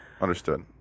Understood